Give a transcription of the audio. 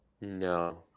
No